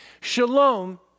Shalom